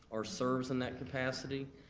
or serves in that capacity.